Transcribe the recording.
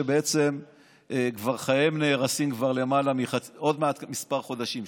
שבעצם חייהם נהרסים כבר עוד מעט כמה חודשים,